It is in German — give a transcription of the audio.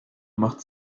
macht